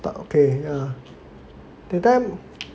but ya okay ah that time